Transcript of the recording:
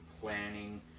planning